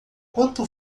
quanto